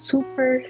Super